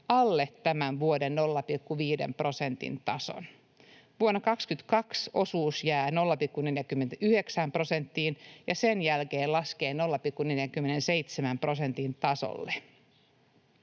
alle tämän vuoden 0,5 prosentin tason. Vuonna 22 osuus jää 0,49 prosenttiin ja laskee sen jälkeen 0,47 prosentin tasolle.